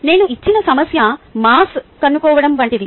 నేను ఇచ్చిన సమస్య మాస్ కన్నుకోవడం వంటిది